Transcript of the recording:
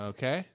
Okay